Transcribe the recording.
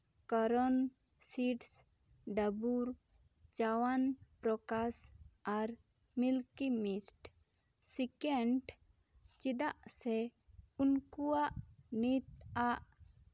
ᱠᱚᱨᱚᱱ ᱥᱤᱴᱥ ᱰᱟᱵᱚᱨ ᱪᱚᱵᱚᱱ ᱯᱨᱟᱥ ᱟᱨ ᱢᱤᱞᱠᱤ ᱢᱤᱥᱴ ᱥᱤᱠᱮᱱᱴ ᱪᱮᱫᱟᱜ ᱥᱮ ᱩᱱᱠᱩᱣᱟᱜ ᱱᱤᱛ ᱟᱜ